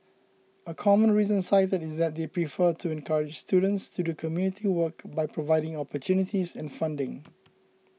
a common reason cited is that they prefer to encourage students to do community work by providing opportunities and funding